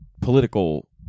political